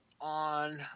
on